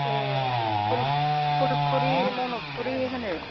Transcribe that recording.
ए फुल फुलखुरि मन'फुरि होनो